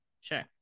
sure